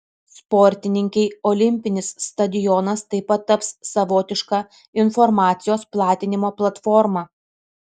sportininkei olimpinis stadionas taip pat taps savotiška informacijos platinimo platforma